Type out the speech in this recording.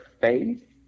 faith